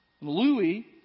Louis